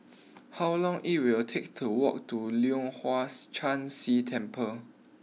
how long it will take to walk to Leong Hwa Chan Si Temple